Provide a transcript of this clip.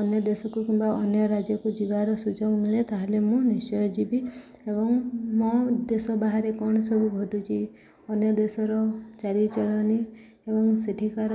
ଅନ୍ୟ ଦେଶକୁ କିମ୍ବା ଅନ୍ୟ ରାଜ୍ୟକୁ ଯିବାର ସୁଯୋଗ ମିଳେ ତା'ହେଲେ ମୁଁ ନିଶ୍ଚୟ ଯିବି ଏବଂ ମୋ ଦେଶ ବାହାରେ କ'ଣ ସବୁ ଘଟୁଛି ଅନ୍ୟ ଦେଶର ଚାଲିଚଳଣି ଏବଂ ସେଇଠିକାର